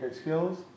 skills